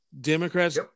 Democrats